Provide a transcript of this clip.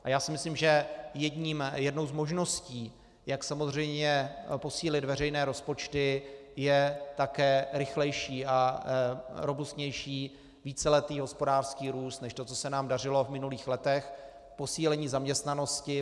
A já si myslím, že jednou z možností, jak samozřejmě posílit veřejné rozpočty, je také rychlejší a robustnější víceletý hospodářský růst než to, co se nám dařilo v minulých letech, posílení zaměstnanosti.